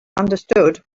understood